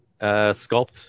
sculpt